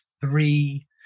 three